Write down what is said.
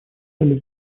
зале